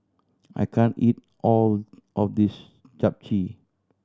I can't eat all of this Japchae